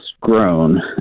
grown